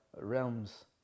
realms